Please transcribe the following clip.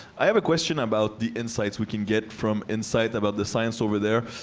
i have a question about the insights we can get from insight about the science over there.